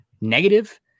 negative